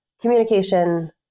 communication